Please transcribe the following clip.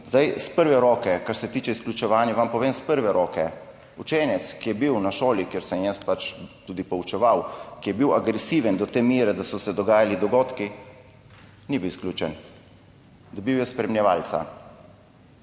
Iz prve roke, kar se tiče izključevanja, vam povem iz prve roke, učenec, ki je bil na šoli, kjer sem jaz pač tudi poučeval, ki je bil agresiven do te mere, da so se dogajali dogodki, ni bil izključen, dobil je spremljevalca,